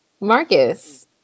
Marcus